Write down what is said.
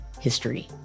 history